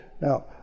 Now